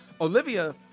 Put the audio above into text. Olivia